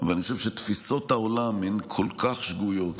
אבל אני חושב שתפיסות העולם הן כל כך שגויות,